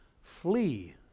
Flee